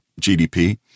GDP